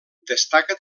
destaca